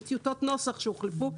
טיוטות נוסח שהוחלפו,